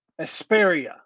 Asperia